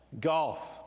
Golf